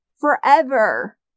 Forever